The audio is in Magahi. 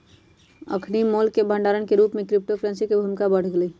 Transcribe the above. अखनि मोल के भंडार के रूप में क्रिप्टो करेंसी के भूमिका बढ़ गेलइ